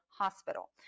hospital